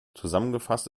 zusammengefasst